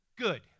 Good